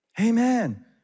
Amen